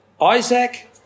Isaac